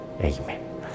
Amen